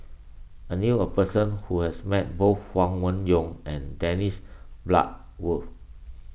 I knew a person who has met both Huang Wenhong and Dennis Bloodworth